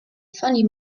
funny